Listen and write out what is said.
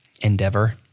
endeavor